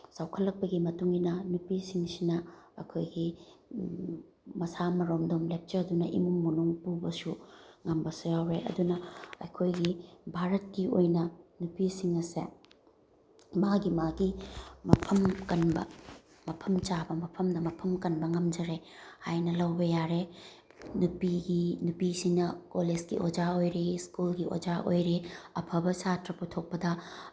ꯆꯥꯎꯈꯠꯂꯛꯄꯒꯤ ꯃꯇꯨꯡ ꯏꯟꯅ ꯅꯨꯄꯤꯁꯤꯡꯁꯤꯅ ꯑꯩꯈꯣꯏꯒꯤ ꯃꯁꯥ ꯃꯔꯣꯝꯗꯣꯝ ꯂꯦꯞꯆꯗꯨꯅ ꯏꯃꯨꯡ ꯃꯅꯨꯡ ꯄꯨꯕꯁꯨ ꯉꯝꯕꯁꯨ ꯌꯥꯎꯔꯦ ꯑꯗꯨꯅ ꯑꯩꯈꯣꯏꯒꯤ ꯚꯥꯔꯠꯀꯤ ꯑꯣꯏꯅ ꯅꯨꯄꯤꯁꯤꯡ ꯑꯁꯦ ꯃꯥꯒꯤ ꯃꯥꯒꯤ ꯃꯐꯝ ꯀꯟꯕ ꯃꯐꯝ ꯆꯥꯕ ꯃꯐꯝꯗ ꯃꯐꯝ ꯀꯟꯕ ꯉꯝꯖꯔꯦ ꯍꯥꯏꯅ ꯂꯧꯕ ꯌꯥꯔꯦ ꯅꯨꯄꯤꯒꯤ ꯅꯨꯄꯤꯁꯤꯅ ꯀꯣꯂꯦꯖꯀꯤ ꯑꯣꯖꯥ ꯑꯣꯏꯔꯦ ꯁ꯭ꯀꯨꯜꯒꯤ ꯑꯣꯖꯥ ꯑꯣꯏꯔꯦ ꯑꯐꯕ ꯁꯥꯇ꯭ꯔ ꯄꯨꯊꯣꯛꯄꯗ